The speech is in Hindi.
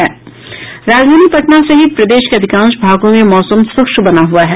राजधानी पटना सहित प्रदेश के अधिकांश भागों में मौसम शुष्क बना हुआ है